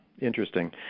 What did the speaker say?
interesting